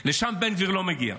לשם בן גביר לא מגיע.